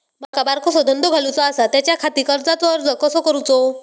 माका बारकोसो धंदो घालुचो आसा त्याच्याखाती कर्जाचो अर्ज कसो करूचो?